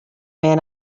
man